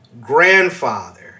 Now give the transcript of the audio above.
grandfather